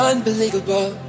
Unbelievable